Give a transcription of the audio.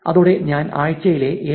അതോടെ ഞാൻ ആഴ്ചയിലെ 7